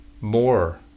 More